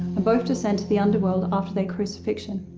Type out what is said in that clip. and both descend to the underworld after their crucifixion.